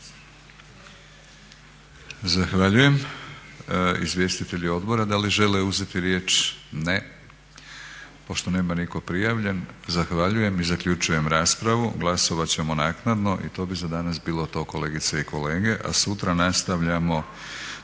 Zahvaljujem. Izvjestitelji odbora da li žele uzeti riječ? Ne. Pošto nema nitko prijavljen zahvaljujem i zaključujem raspravu. Glasovat ćemo naknadno. I to bi za danas bilo to kolegice i kolege, a sutra nastavljamo